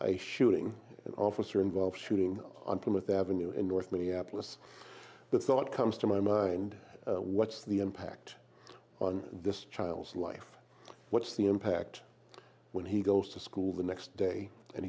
a shooting an officer involved shooting with avenue in north minneapolis the thought comes to my mind what's the impact on this child's life what's the impact when he goes to school the next day and